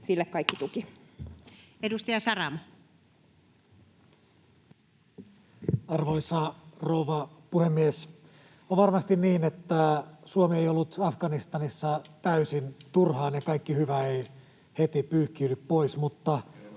Time: 14:17 Content: Arvoisa rouva puhemies! On varmasti niin, että Suomi ei ollut Afganistanissa täysin turhaan ja kaikki hyvä ei heti pyyhkiydy pois,